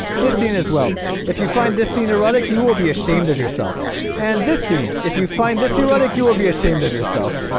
this scene as well if you find this scene erotic you will be ashamed of yourself and this scene if you find this erotic you will be ashamed of yourself